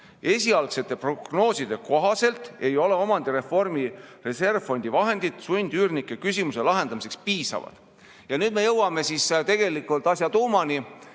Esialgsete prognooside kohaselt ei ole omandireformi reservfondi vahendid sundüürnike küsimuse lahendamiseks piisavad. Ja nüüd me jõuame tegelikult asja tuumani.